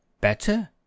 better